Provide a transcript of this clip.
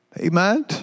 Amen